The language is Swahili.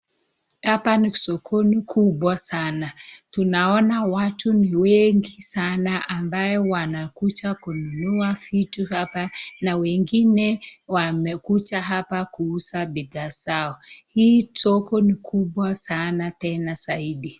Hapa ni sokoni, kubwa sana. Tunaona watu ni wengi sana ambao wamekuja kununua vitu hapa, na wengine wamekuja hapa kuuza bidhaa zao. Hili soko ni kubwa sana tena zaidi.